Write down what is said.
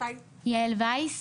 יעל וייס